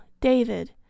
David